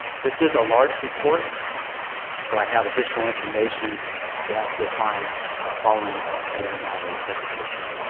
this is a large report so i have additional information that you will find following the end of my ah presentation.